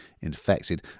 infected